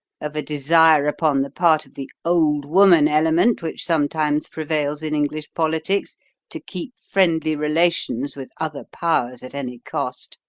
of a desire upon the part of the old-woman element which sometimes prevails in english politics to keep friendly relations with other powers at any cost.